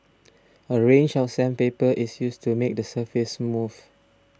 a range of sandpaper is used to make the surface smooth